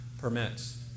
permits